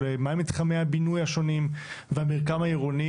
מה מתחמי הבינוי השונים והמרקם העירוני